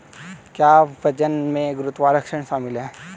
क्या वजन में गुरुत्वाकर्षण शामिल है?